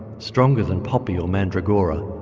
stronger than poppy or mandragora,